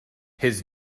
his